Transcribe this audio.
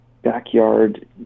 backyard